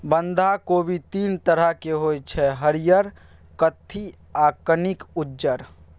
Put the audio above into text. बंधा कोबी तीन तरहक होइ छै हरियर, कत्थी आ कनिक उज्जर